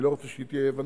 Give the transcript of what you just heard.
אני לא רוצה שתהיה אי-הבנה,